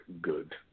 good